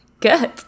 Good